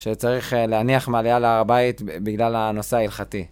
שצריך להניח מעליה להר הבית בגלל הנושא ההלכתי.